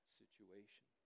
situation